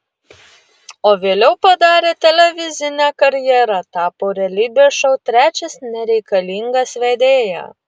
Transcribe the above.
o vėliau padarė televizinę karjerą tapo realybės šou trečias nereikalingas vedėja